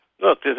Look